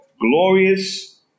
glorious